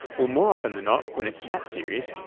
well, more often than not, when it's that serious,